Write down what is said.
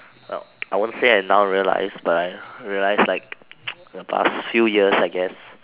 well I won't say I now realise but I realise like past few years I guess